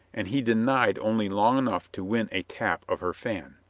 and he denied only long enough to win a tap of her fan.